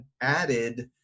added